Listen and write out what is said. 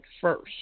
first